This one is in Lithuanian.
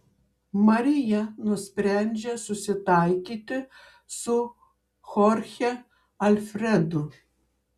marija nusprendžia susitaikyti su chorche alfredu